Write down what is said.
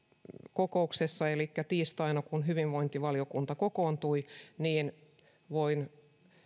kokouksessa elikkä tiistaina hyvinvointivaliokunta kokoontui ja voin